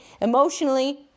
emotionally